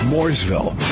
Mooresville